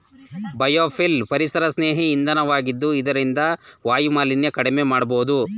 biofuel ಪರಿಸರಸ್ನೇಹಿ ಇಂಧನ ವಾಗಿದ್ದು ಇದರಿಂದ ವಾಯುಮಾಲಿನ್ಯ ಕಡಿಮೆ ಮಾಡಬೋದು